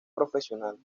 profesional